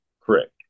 Correct